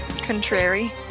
Contrary